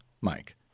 Mike